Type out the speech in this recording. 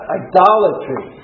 idolatry